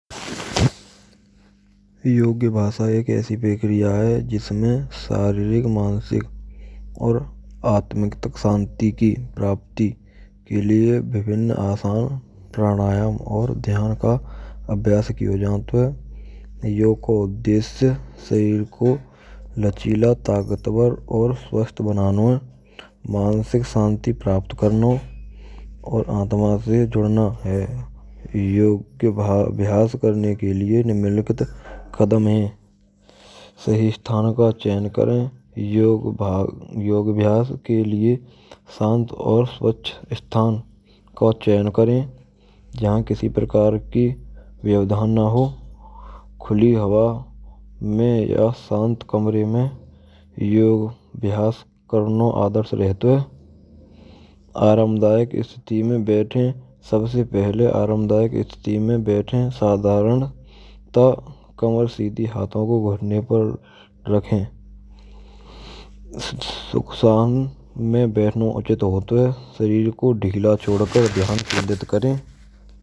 Yogya bhaash ek aisee prakriya hay. Jisamen shaareerik maanasik aur aatmik tak shaanti kee praapti ke lie vividh aasan praanaayaam aur dhyaan ka abhyaas kiyo jat hay. Yo ko uddesheey shareer ko lachila taakatvar aur svasth banano hay. Maanshik shaanti praapt karana aur aatma se judana hai. Yogya abhas karne ke lie nimlikhit kadam hai. Sahee sthaan ka chayan karen. Yogbhaas yogya vyaas ke lie shaant aur svachchh sthaan ka chayan karen. Jahaan kisee prakaar kee vyavdhan na ho. Khulee hava mein ya shaant kamare mein yogya bhaas krno adarsh rehto hay. Aramdayak sthiti mai baithe. Sadhartya kamar sidhi, ghutne pr rakhe. Sukhshaam mai baithno uchit hoto hay. Shareer ko dheela chor kr dhyan kendrit kre.